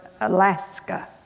Alaska